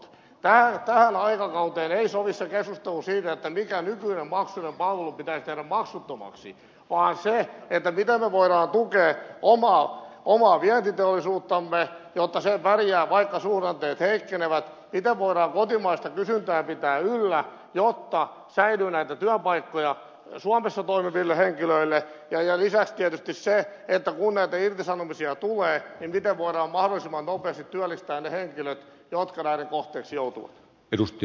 tähän aikakauteen ei sovi keskustelu siitä mikä nykyinen maksullinen palvelu pitäisi tehdä maksuttomaksi vaan se miten me voimme tukea omaa vientiteollisuuttamme jotta se pärjää vaikka suhdanteet heikkenevät miten voidaan kotimaista kysyntää pitää yllä jotta säilyy työpaikkoja suomessa toimiville henkilöille ja lisäksi tietysti se että kun näitä irtisanomisia tulee niin miten voidaan mahdollisimman nopeasti työllistää ne henkilöt jotka näiden kohteeksi joutuvat